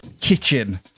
Kitchen